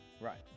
Right